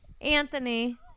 Anthony